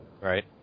Right